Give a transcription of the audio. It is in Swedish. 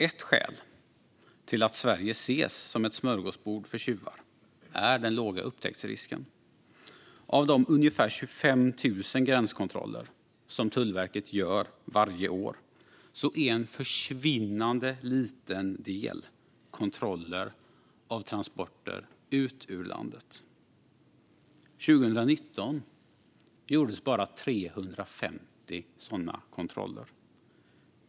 Ett skäl till att Sverige ses som ett smörgåsbord för tjuvar är den låga upptäcktsrisken. Av de ungefär 25 000 gränskontroller som Tullverket gör varje år utgörs en försvinnande liten del kontroller av transporter ut ur landet. År 2019 gjordes bara 350 sådana kontroller.